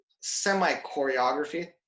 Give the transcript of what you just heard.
semi-choreography